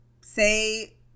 say